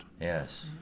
Yes